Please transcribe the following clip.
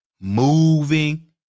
moving